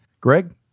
Greg